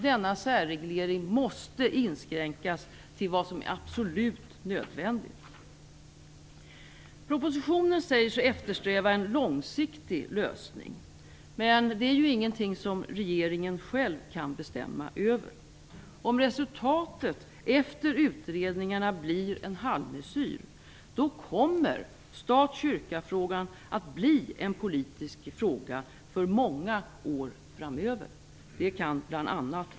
Denna särreglering måste dock inskränkas till vad som är absolut nödvändigt. Propositionen säger sig eftersträva en långsiktig lösning. Men det är ingenting som regeringen själv kan bestämma över. Om resultatet efter utredningarna blir en halvmesyr kommer stat-kyrka-frågan att bli en politisk fråga för många år framöver. Det kan bl.a.